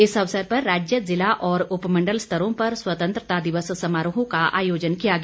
इस अवसर पर राज्य जिला और उपमण्डल स्तरों पर स्वतंत्रता दिवस समारोहों का आयोजन किया गया